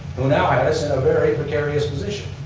who now have us in a very precarious position.